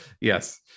Yes